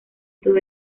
todo